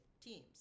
teams